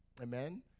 Amen